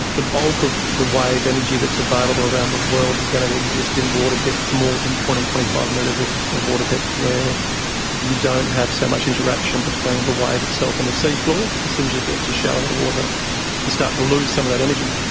the bulk of the wave energy that's available around the world is going to exist in water depths more than twenty, twenty five metres ah of water depth where you don't have so much interaction between the wave itself and the sea floor. as soon as you get into shallower water you start to lose some of that energy.